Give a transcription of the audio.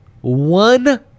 One